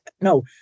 no